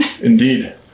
Indeed